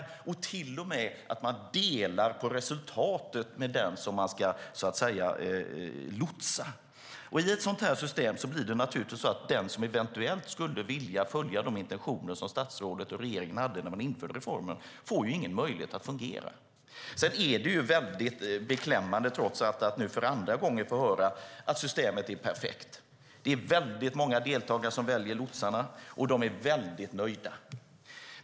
De delar till och med på resultatet med den de ska lotsa. I ett sådant system får den som eventuellt skulle vilja följa de intentioner som statsrådet och regeringen hade när reformen infördes naturligtvis inte någon möjlighet att fungera. Det är beklämmande att för andra gången få höra att systemet är perfekt. Det är väldigt många deltagare som väljer lotsarna, och de är väldigt nöjda.